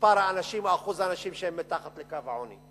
מספר האנשים או אחוז האנשים שהם מתחת לקו העוני,